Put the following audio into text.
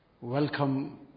welcome